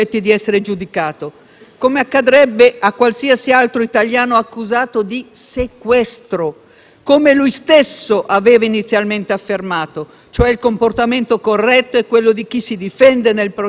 come lui stesso aveva inizialmente affermato. Il comportamento corretto, cioè, è quello di chi si difende nel processo e non dal processo. Ma perché, ministro Salvini, lei ha cambiato idea?